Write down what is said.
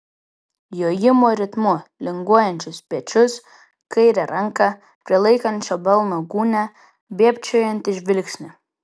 jojimo ritmu linguojančius pečius kairę ranką prilaikančią balno gūnią dėbčiojantį žvilgsnį